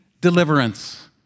deliverance